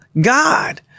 God